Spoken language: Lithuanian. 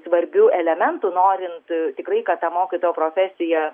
svarbių elementų norint tikrai kad mokytojo profesija